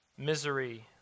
Misery